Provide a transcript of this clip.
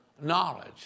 knowledge